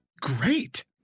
great